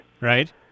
Right